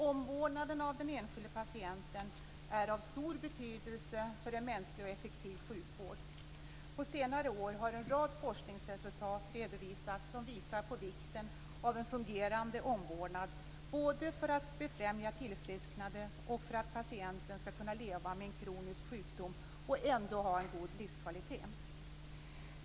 Omvårdnaden av den enskilde patienten är av stor betydelse för en mänsklig och effektiv sjukvård. På senare år har en rad forskningsresultat redovisats som visar på vikten av en fungerande omvårdnad både för att befrämja tillfrisknandet och för att patienten skall kunna leva med en kronisk sjukdom och ändå ha en god livskvalitet.